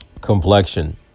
complexion